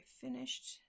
finished